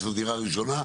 שזו דירה ראשונה,